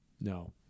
No